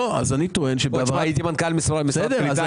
הייתי מנכ"ל משרד ממשלתי.